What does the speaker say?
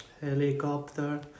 Helicopter